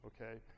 okay